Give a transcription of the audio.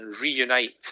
reunite